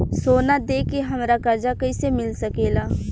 सोना दे के हमरा कर्जा कईसे मिल सकेला?